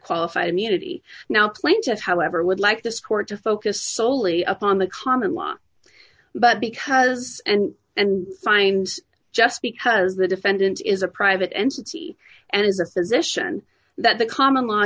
qualified immunity now plaintiffs however would like this court to focus solely upon the common law but because and and find just because the defendant is a private entity and as a physician that the common law